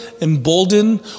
embolden